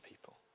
people